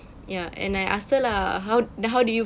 ya and I ask her lah how the how do you